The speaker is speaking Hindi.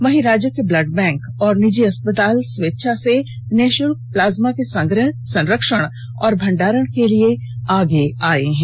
वहीं राज्य के ब्लड बैंक और निजी अस्पताल स्वेच्छा से निषुल्क प्लाज्मा के संग्रह संरक्षण और भण्डारण के लिए आगे आये है